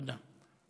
תודה.